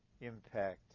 impact